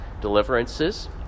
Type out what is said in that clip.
deliverances